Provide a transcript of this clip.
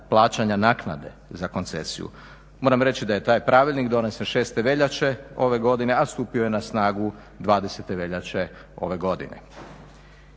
plaćanja naknade za koncesiju. Moram reći da je taj pravilnik donesen 6.veljače ove godine, a stupio je na snagu 20.veljače ove godine.